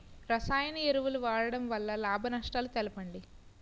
రసాయన ఎరువుల వాడకం వల్ల లాభ నష్టాలను తెలపండి?